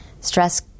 Stress